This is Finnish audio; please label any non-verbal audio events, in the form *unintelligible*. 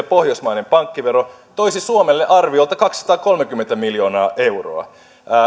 *unintelligible* pohjoismainen pankkivero toisi suomelle arviolta kaksisataakolmekymmentä miljoonaa euroa